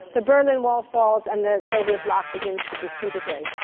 the berlin wall falls and the soviet block begins to disintegrate.